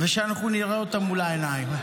ושנראה אותם מול העיניים.